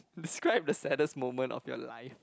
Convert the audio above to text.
describe the saddest moment of your life